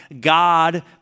God